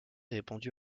répandue